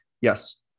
Yes